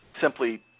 simply